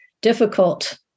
difficult